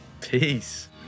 Peace